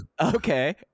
okay